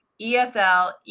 ESL